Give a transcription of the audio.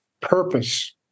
Purpose